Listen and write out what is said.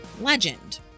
legend